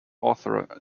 author